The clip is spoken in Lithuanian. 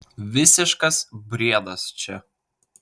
visiškas briedas čia